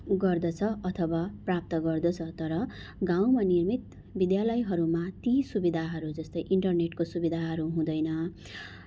गर्दछ अथवा प्राप्त गर्दछ तर गाउँमा निर्मित विद्यालयहरूमा ती सुविधाहरू जस्तै इन्टरनेटको सुविधाहरू हुँदैन